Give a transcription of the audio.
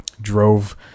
drove